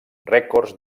rècords